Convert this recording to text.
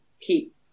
keep